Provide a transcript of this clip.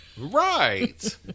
Right